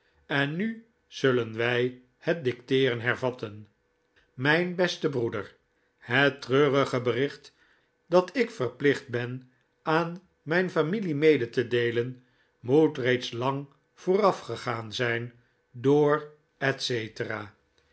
en nu zullen wij het dicteeren hervatten mijn beste broeder het treurige bericht dat ik verplicht ben aan mijn familie mede te deelen moet reeds lang voorafgegaan zijn door